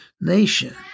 nation